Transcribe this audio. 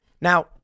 Now